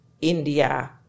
India